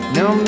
no